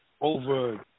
over